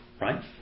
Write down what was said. Right